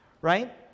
right